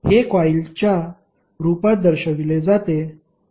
हे कॉईल च्या रूपात दर्शविले जाते